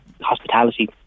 hospitality